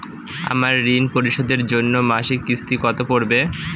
আমার ঋণ পরিশোধের জন্য মাসিক কিস্তি কত পড়বে?